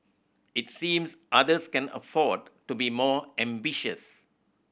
it seems others can afford to be more ambitious